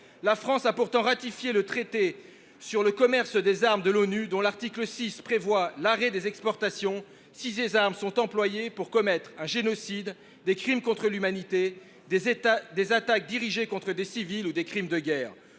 La France a pourtant ratifié le traité sur le commerce des armes de l’ONU, dont l’article 6 impose l’arrêt des transferts d’armes si celles ci sont employées pour commettre un génocide, des crimes contre l’humanité, des attaques dirigées contre des civils ou des crimes de guerre.